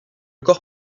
corps